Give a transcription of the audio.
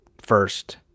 first